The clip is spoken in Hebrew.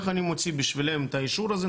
איך אני מוציא בשבילם את האישור הזה,